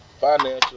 financial